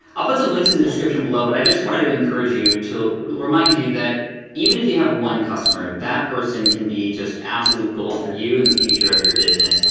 i'll put some links in the description below, but i just wanted to encourage you to remind you that even if you have one customer, that person can be just absolute gold for you in the future of your business,